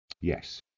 Yes